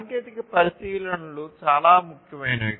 సాంకేతిక పరిశీలనలు చాలా ముఖ్యమైనవి